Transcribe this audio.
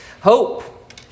hope